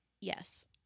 yes